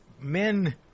men